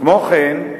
כמו כן,